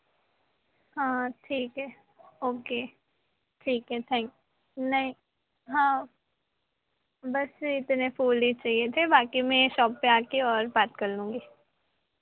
हाँ ठीक है ओके ठीक है थैंक यू नहीं हाँ बस इतने फूल ही चाहिए थे बाँकी मैं शॉप पे आके और बात कर लूँगी